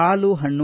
ಹಾಲು ಹಣ್ಣು